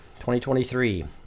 2023